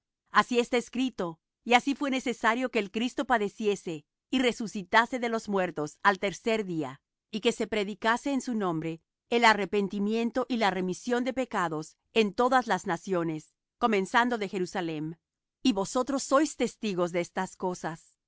así está escrito y así fué necesario que el cristo padeciese y resucitase de los muertos al tercer día y que se predicase en su nombre el arrepentimiento y la remisión de pecados en todas las naciones comenzando de jerusalem y vosotros sois testigos de estas cosas